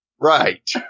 Right